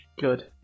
Good